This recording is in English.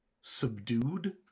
subdued